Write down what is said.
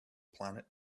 planet